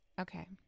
Okay